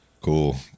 Cool